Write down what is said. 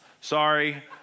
Sorry